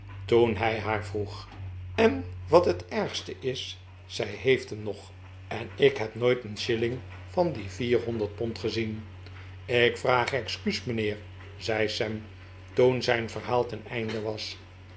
toen hij haar vroeg en wat het ergste is zij heeft hem nog en ik heb nooit een shilling van die vier honderd pond gezien ik vraag excuus mijnheer zei sam toen zijn verhaal ten einde was